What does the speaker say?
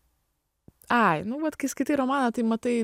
ai nu vat kai skaitai romaną tai matai